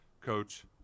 coach